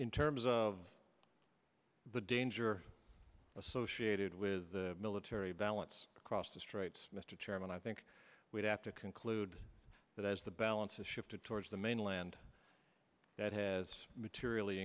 in terms of the danger associated with the military balance across the straits mr chairman i think we have to conclude that as the balance has shifted towards the mainland that has materially